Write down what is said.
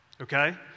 Okay